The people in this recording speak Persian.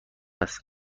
است